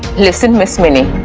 listen, ms. mini.